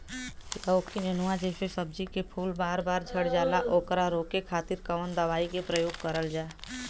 लौकी नेनुआ जैसे सब्जी के फूल बार बार झड़जाला ओकरा रोके खातीर कवन दवाई के प्रयोग करल जा?